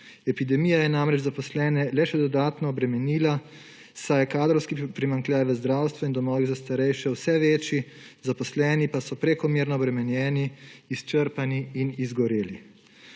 Epidemija je namreč zaposlene le še dodatno obremenila, saj je kadrovski primanjkljaj v zdravstvenih in domovih za starejše vse večji, zaposleni pa so prekomerno obremenjeni, izčrpani in izgoreli.